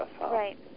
right